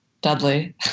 Dudley